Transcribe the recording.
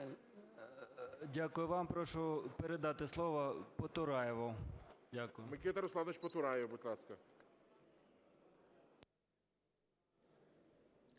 Є.П. Дякую вам. Прошу передати слово Потураєву. Дякую. ГОЛОВУЮЧИЙ. Микита Русланович Потураєв, будь ласка.